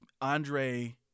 Andre